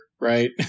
right